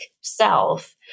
self